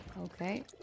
Okay